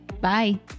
Bye